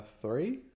three